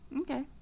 Okay